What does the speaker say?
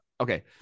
Okay